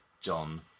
John